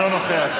אינו נוכח,